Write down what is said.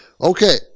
Okay